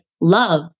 love